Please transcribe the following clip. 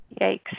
Yikes